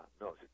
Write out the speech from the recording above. no